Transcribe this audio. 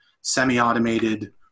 semi-automated